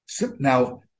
now